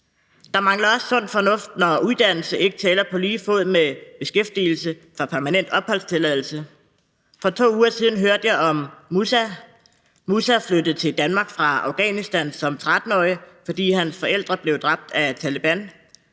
Der mangler også sund fornuft, når uddannelse ikke tæller på lige fod med beskæftigelse i forhold til permanent opholdstilladelse. For 2 uger siden hørte jeg om Mussa. Mussa flyttede til Danmark fra Afghanistan som 13-årig, fordi hans forældre blev dræbt af Taleban.